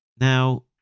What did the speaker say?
now